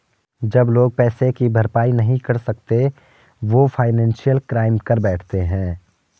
जब लोग पैसे की भरपाई नहीं कर सकते वो फाइनेंशियल क्राइम कर बैठते है